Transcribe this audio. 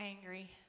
angry